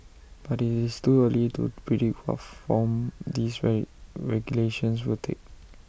but IT is too early to predict what form these regulations will take